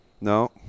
No